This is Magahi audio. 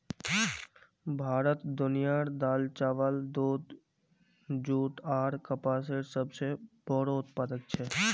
भारत दुनियार दाल, चावल, दूध, जुट आर कपसेर सबसे बोड़ो उत्पादक छे